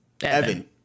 Evan